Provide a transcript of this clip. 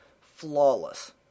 flawless